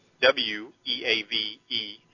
W-E-A-V-E